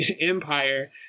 empire